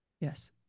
Yes